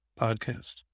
Podcast